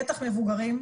בטח מבוגרים,